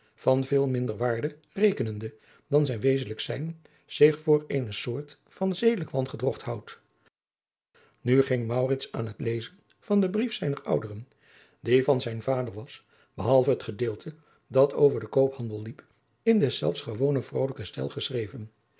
van veel minder waarde rekenende dan zij wezenlijk zijn zich voor eene soort van zedelijk wangedrogt houdt nu ging maurits aan het lezen van den brief zijner ouderen die van zijn vader was behalve het gedeelte dat over den koophandel liep in deszelfs gewonen vrolijken stijl geschreven